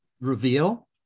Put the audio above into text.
reveal